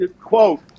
quote